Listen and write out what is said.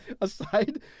Aside